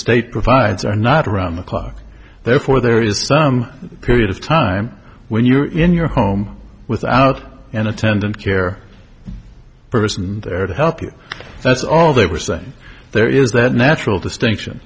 state provides are not around the clock therefore there is some period of time when you're in your home without an attendant care person there to help you that's all they were saying there is that natural distinction